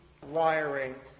wiring